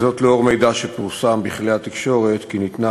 לאור מידע שפורסם בכלי התקשורת כי ניתנה